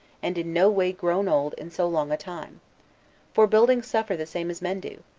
and no way grown old in so long time for buildings suffer the same as men do,